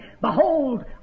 Behold